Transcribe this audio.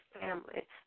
family